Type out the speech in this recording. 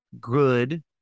good